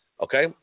Okay